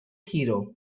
hero